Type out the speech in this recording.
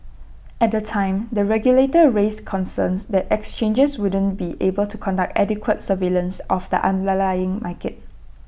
at the time the regulator raised concerns that exchanges wouldn't be able to conduct adequate surveillance of the underlying market